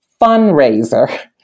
fundraiser